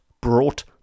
brought